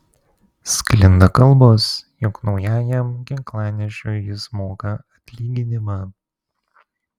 sklinda kalbos jog naujajam ginklanešiui jis moka atlyginimą